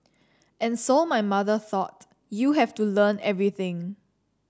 and so my mother thought You have to learn everything